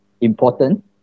Important